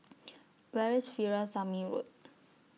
Where IS Veerasamy Road